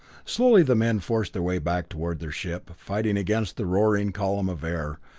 slowly the men forced their way back toward their ship, fighting against the roaring column of air,